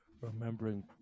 remembering